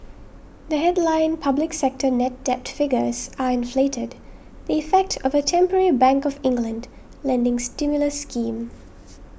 the headline public sector net debt figures are inflated the effect of a temporary Bank of England lending stimulus scheme